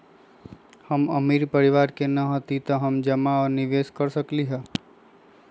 हम अमीर परिवार से न हती त का हम जमा और निवेस कर सकली ह?